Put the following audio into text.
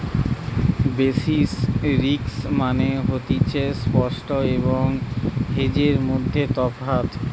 basis risk মানে হতিছে spot এবং হেজের মধ্যে তফাৎ